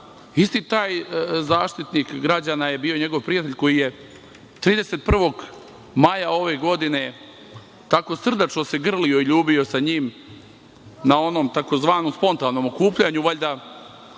isti taj Zaštitnik građana je bio i njegovo prijatelj koji 31. maja ove godine, tako srdačno se grlio i ljubio sa njim na onom, takozvanom spontanom okupljanju, valjda